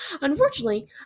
Unfortunately